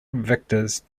vectors